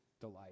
delight